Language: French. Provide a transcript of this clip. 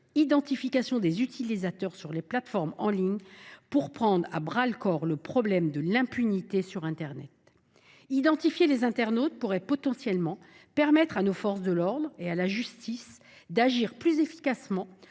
identification des utilisateurs sur les plateformes en ligne pour prendre à bras le corps le problème de l’impunité sur internet. D’un côté, l’obligation de dévoiler son identité en ligne permettrait à nos forces de l’ordre et à la justice d’agir plus efficacement